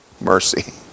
mercy